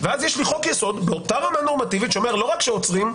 ואז יש לי חוק-יסוד באותה רמה נורמטיבית שאומר: לא רק שעוצרים,